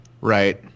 Right